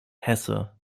hesse